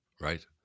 right